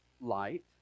light